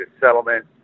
settlement